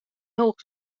hoecht